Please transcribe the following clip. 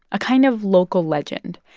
a kind of local legend.